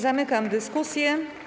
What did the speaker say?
Zamykam dyskusję.